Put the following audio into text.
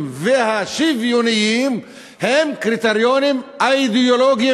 והשוויוניים הם קריטריונים אידיאולוגיים,